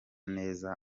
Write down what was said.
neza